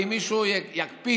ואם מישהו יקפיד